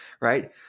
right